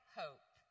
hope